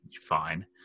fine